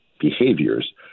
behaviors